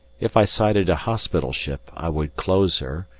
if i sighted a hospital ship i would close her,